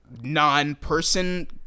non-person